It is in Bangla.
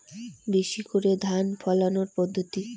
বেশি করে ধান ফলানোর পদ্ধতি?